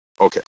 Okay